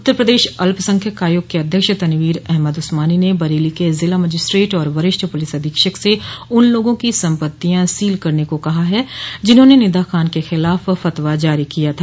उत्तर प्रदेश अल्पसंख्यक आयोग के अध्यक्ष तनवीर अहमद उस्मानी ने बरेली के जिला मजिस्ट्रेट और वरिष्ठ पुलिस अधीक्षक से उन लोगों की सम्पत्तियां सील करने को कहा है जिन्होंने निदा खान के खिलाफ फतवा जारी किया था